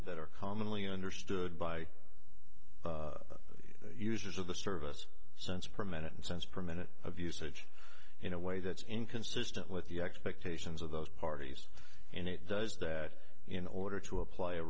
that are commonly understood by uses of the service cents per minute and cents per minute of usage in a way that's inconsistent with the expectations of those parties and it does that in order to apply a